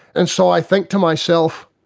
and so i think to myself